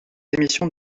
émissions